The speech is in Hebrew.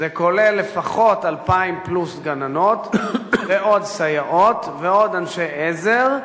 שזה כולל לפחות 2,000 פלוס גננות ועוד סייעות ועוד אנשי עזר,